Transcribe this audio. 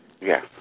Yes